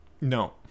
No